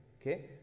okay